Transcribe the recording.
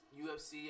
UFC